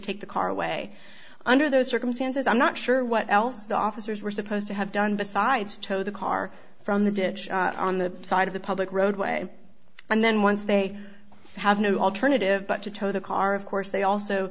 take the car away under those circumstances i'm not sure what else the officers were supposed to have done besides tow the car from the ditch on the side of the public roadway and then once they have no alternative but to tow the car of course they also